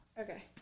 okay